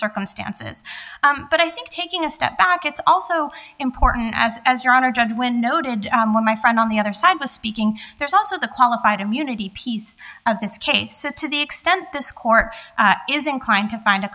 circumstances but i think taking a step back it's also important as as your honor judge when noted when my friend on the other side was speaking there's also the qualified immunity piece of this case to the extent this court is inclined to find a